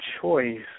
choice